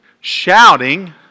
shouting